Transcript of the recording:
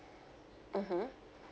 mmhmm